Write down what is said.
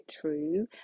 true